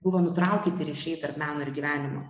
buvo nutraukyti ryšiai tarp meno ir gyvenimo